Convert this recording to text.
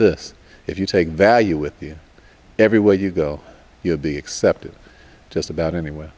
this if you take value with you everywhere you go you'll be accepted just about anywhere